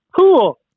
Cool